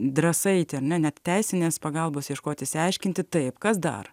drąsa eiti ar ne net teisinės pagalbos ieškoti išsiaiškinti taip kas dar